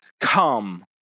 come